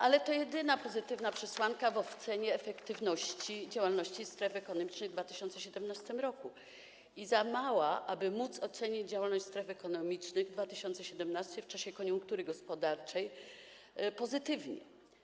Ale to jedyna pozytywna przesłanka w ocenie efektywności działalności stref ekonomicznych w 2017 r. i za mała, aby móc ocenić działalność stref ekonomicznych w 2017 r., w czasie koniunktury gospodarczej, pozytywnie.